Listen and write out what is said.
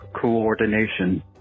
coordination